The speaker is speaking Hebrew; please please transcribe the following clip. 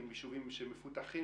אם יישובים מפותחים,